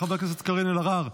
חברת הכנסת קארין אלהרר,